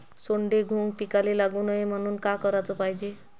सोंडे, घुंग पिकाले लागू नये म्हनून का कराच पायजे?